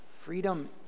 freedom